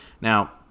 Now